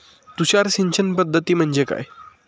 तुषार सिंचन पद्धती म्हणजे काय?